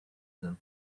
them